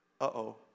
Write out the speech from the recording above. uh-oh